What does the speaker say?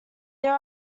there